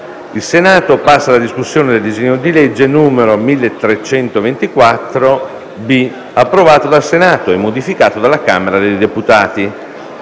del giorno reca la discussione del disegno di legge n. 361-B, già approvato dal Senato e modificato dalla Camera dei deputati.